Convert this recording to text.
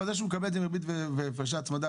אבל זה שהוא מקבל את זה עם ריבית והפרשי הצמדה,